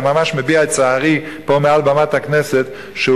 אני ממש מביע את צערי פה מעל במת הכנסת שהוא